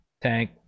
tank